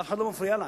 אף אחד לא מפריע לה.